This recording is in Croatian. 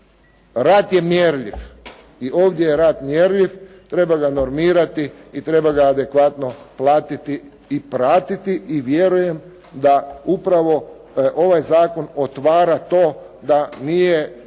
rad je mjerljiv i ovdje je rad mjerljiv, treba ga normirati i treba ga adekvatno platiti i pratiti i vjerujem da upravo ovaj zakon otvara to da nije